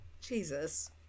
Jesus